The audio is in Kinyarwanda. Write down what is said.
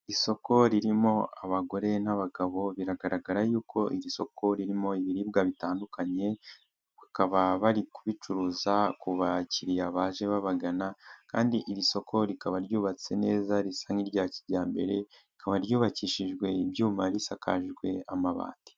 Isoko ririmo abagore n'abagabo biragaragara yuko iri soko ririmo ibiribwa bitandukanye, bakaba bari kubicuruza ku bakiriya baje babagana kandi iri soko rikaba ryubatse neza risa n'irya kijyambere, rikaba ryubakishijwe ibyuma risakajwe amabati.